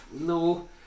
no